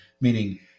meaning